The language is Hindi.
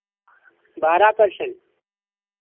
बारह परसेंट